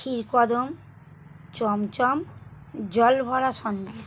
ক্ষীরকদম চমচম জলভরা সন্দেশ